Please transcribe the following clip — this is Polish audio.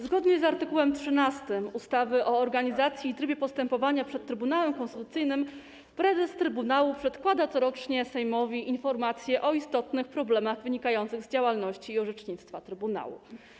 Zgodnie z art. 13 ustawy o organizacji i trybie postępowania przed Trybunałem Konstytucyjnym prezes trybunału przedkłada corocznie Sejmowi informację o istotnych problemach wynikających z działalności i orzecznictwa trybunału.